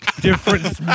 Different